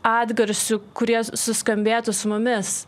atgarsių kurie suskambėtų su mumis